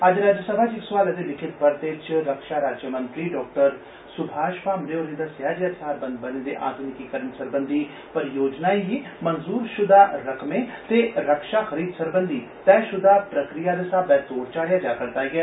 अज्ज राज्यसभा च इक सवालै दे लिखित परते च रक्षा राज्य मंत्री डॉ सुभाश भामरे होरे दस्सेआ जे हथियारबंद बलें दे आधुनिकीकरण सरबंधी परियोजनाएं गी मंजूरषुदा रकमें ते रक्षा खरीद सरबंधी तयषुदा प्रक्रिया दे साब्वै तोड़ चाढ़ेआ जा करदा ऐ